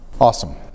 Awesome